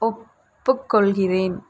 ஒப்புக் கொள்கிறேன்